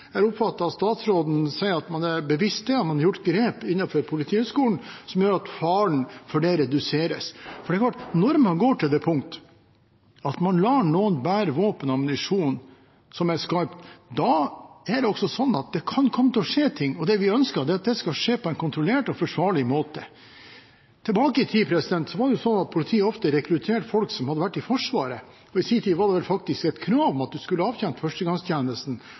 Jeg har oppfattet at statsråden sier at man er bevisst på det, og at man har gjort grep på Politihøgskolen som gjør at faren for det reduseres. Når man går til det skritt at man lar noen bære våpen og skarp ammunisjon, kan det komme til å skje ting. Det vi ønsker, er at det skal skje på en kontrollert og forsvarlig måte. Tilbake i tid var det slik at politiet ofte rekrutterte folk som hadde vært i Forsvaret. I sin tid var det faktisk et krav om at man skulle ha avtjent førstegangstjenesten.